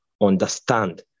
understand